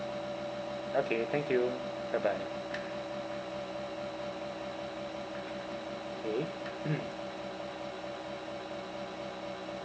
okay thank you bye bye okay